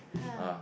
ah